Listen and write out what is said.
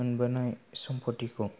मोनबोनाय सम्पतिखौ